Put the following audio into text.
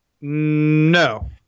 No